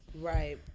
Right